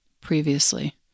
previously